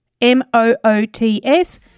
M-O-O-T-S